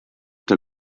der